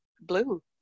Blue